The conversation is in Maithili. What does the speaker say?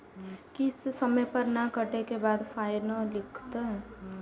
किस्त समय पर नय कटै के बाद फाइनो लिखते?